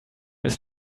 ist